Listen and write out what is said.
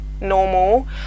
normal